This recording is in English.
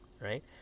right